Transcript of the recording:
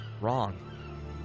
wrong